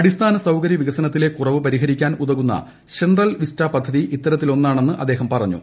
അടിസ്ഥാന സൌകരൃ വികസനത്തിലെ ക്യൂറ്റ്പ് പരിഹരിക്കാൻ ഉതകുന്ന സെൻട്രൽ വിസ്റ്റ പദ്ധതി ഇത്ത്ര്ത്തിലൊന്നാണെന്ന് അദ്ദേഹം പറഞ്ഞു